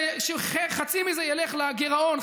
חצי מזה ילך לגירעון,